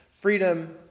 freedom